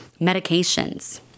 medications